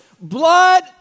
blood